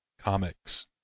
Comics